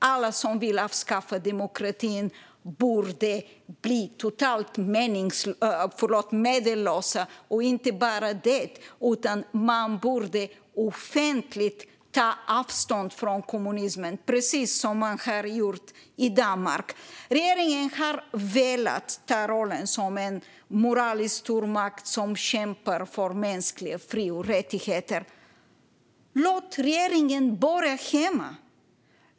Alla som vill avskaffa demokratin borde bli totalt medellösa, och inte bara det - man borde offentligt ta avstånd från kommunismen, precis som man har gjort i Danmark. Regeringen har velat ta rollen som en moralisk stormakt som kämpar för mänskliga fri och rättigheter. Låt regeringen börja hemma!